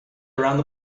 around